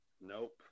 Nope